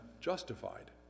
justified